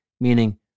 meaning